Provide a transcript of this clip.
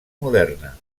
moderna